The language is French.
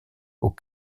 aux